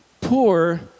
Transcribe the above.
poor